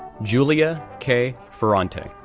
julia kay ferrante,